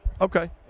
Okay